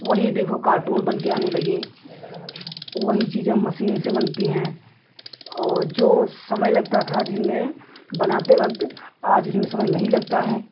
वही देखो कार्टून बनकर आने लगे वही चीज़ें अब मशीन से बनती हैं और जो समय लगता था जिनमें बनाते वक़्त आज उसमें समय नहीं लगता है